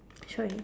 sorry